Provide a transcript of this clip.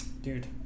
Dude